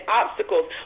obstacles